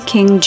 King